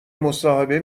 مصاحبه